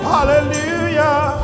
Hallelujah